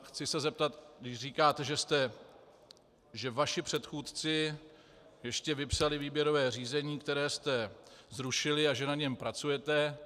Chci se zeptat, když říkáte, že vaši předchůdci ještě vypsali výběrové řízení, které jste zrušili, a že na něm pracujete.